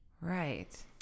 Right